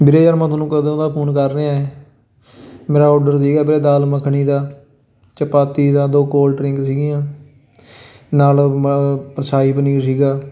ਵੀਰੇ ਯਾਰ ਮੈਂ ਤੁਹਾਨੂੰ ਕਦੋਂ ਦਾ ਫੋਨ ਕਰ ਰਿਹਾਂ ਏ ਮੇਰਾ ਔਰਡਰ ਸੀਗਾ ਵੀਰੇ ਦਾਲ ਮੱਖਣੀ ਦਾ ਚਪਾਤੀ ਦਾ ਦੋ ਕੋਲਡ ਡਰਿੰਕ ਸੀਗੀਆਂ ਨਾਲ ਮ ਸ਼ਾਹੀ ਪਨੀਰ ਸੀਗਾ